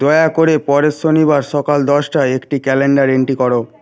দয়া করে পরের শনিবার সকাল দশটায় একটি ক্যালেন্ডার এন্ট্রি করো